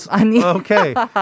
okay